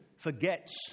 Forgets